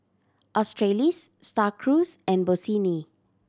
Australis Star Cruise and Bossini